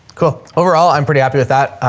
cool. overall i'm pretty happy with that.